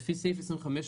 משרד האוצר,